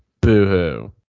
Boo-hoo